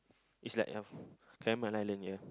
is like uh Cameron-Highland yeah